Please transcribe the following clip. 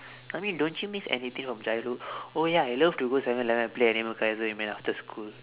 I mean don't you miss anything of childhood oh ya I love to go seven eleven and play animal kaiser immediately after school